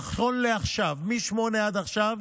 נכון לעכשיו, מ-08:00 עד עכשיו,